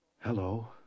Hello